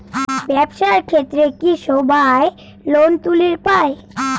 ব্যবসার ক্ষেত্রে কি সবায় লোন তুলির পায়?